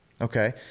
Okay